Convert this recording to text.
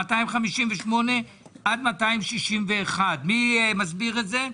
פניות מס' 258 261. מי מסביר את זה?